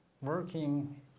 working